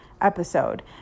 episode